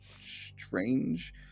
strange